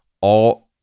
all-